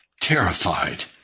terrified